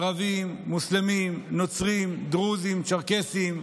ערבים, מוסלמים, נוצרים, דרוזים, צ'רקסים,